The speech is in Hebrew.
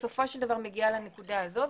בסופו של דבר מגיעה לנקודה הזאת.